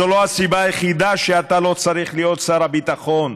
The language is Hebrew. זו לא הסיבה היחידה שאתה לא צריך להיות שר הביטחון.